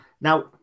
Now